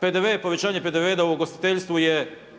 PDV je, povećanje PDV-a u ugostiteljstvu je